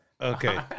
Okay